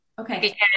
Okay